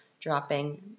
dropping